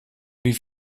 wie